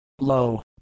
low